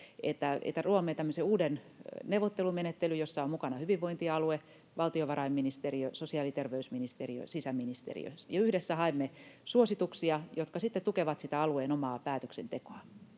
tämmöisen uuden neuvottelumenettelyn, jossa on mukana hyvinvointialue, valtiovarainministeriö, sosiaali- ja terveysministeriö ja sisäministeriö, ja yhdessä haemme suosituksia, jotka sitten tukevat sitä alueen omaa päätöksentekoa.